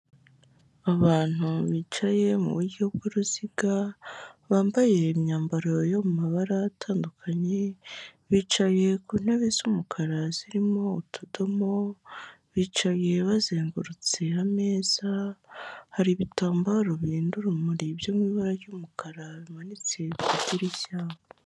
Abantu bicaye mu buryo bw'uruziga bambaye imyambaro yo mu mabara atandukanye, bicaye ku ntebe z'umukara zirimo utudomo, bicaye bazengurutse ameza, hari ibitambaro bihindura urumuri byo mu ibara ry'umukara bimanitse ku idirishya.